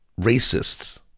racists